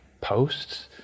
posts